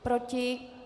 Proti?